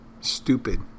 Stupid